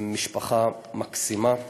עם משפחה מקסימה.